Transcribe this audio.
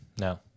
no